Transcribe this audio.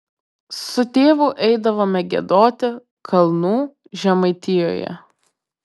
su tėvu eidavome giedoti kalnų žemaitijoje